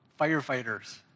Firefighters